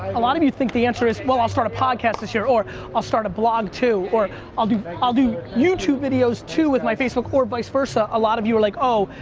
a lot of you think the answer is, well i'll start a podcast this year or i'll start a blog too, or i'll do i'll do youtube videos too with my facebook or vice versa. a lot of you are like oh,